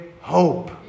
hope